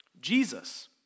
Jesus